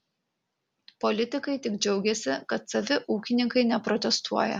politikai tik džiaugiasi kad savi ūkininkai neprotestuoja